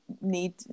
need